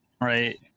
right